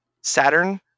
Saturn